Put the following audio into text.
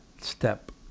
step